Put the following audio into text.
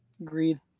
Agreed